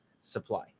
supply